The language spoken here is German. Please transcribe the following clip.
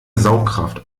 saugkraft